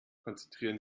konzentrieren